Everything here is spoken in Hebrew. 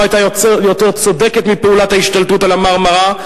לא היתה יותר צודקת מפעולת ההשתלטות על ה"מרמרה",